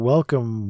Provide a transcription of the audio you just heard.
Welcome